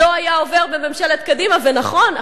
ונכון,